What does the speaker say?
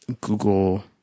Google